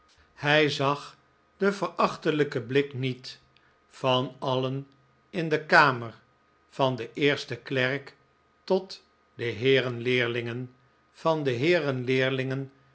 hij zag den verachtelijken blik niet van alien in de kamer van den eersten klerk tot de heeren leerlingen van de heeren leerlingen